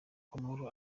uwamahoro